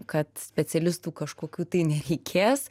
kad specialistų kažkokių tai nereikės